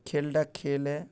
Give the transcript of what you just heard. ଖେଲ୍ଟା ଖେଲ୍ ଏ